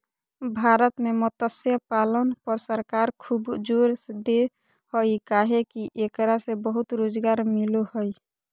भारत में मत्स्य पालन पर सरकार खूब जोर दे हई काहे कि एकरा से बहुत रोज़गार मिलो हई